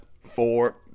four